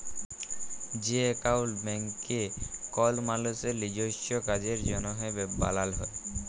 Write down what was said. যে একাউল্ট ব্যাংকে কল মালুসের লিজস্য কাজের জ্যনহে বালাল হ্যয়